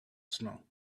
snow